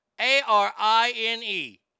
A-R-I-N-E